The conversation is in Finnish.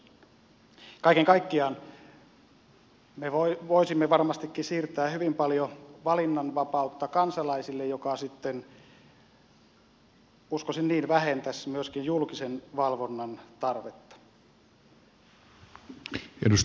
kaiken kaikkiaan me voisimme varmastikin siirtää hyvin paljon valinnanvapautta kansalaisille mikä sitten uskoisin niin vähentäisi myöskin julkisen valvonnan tarvetta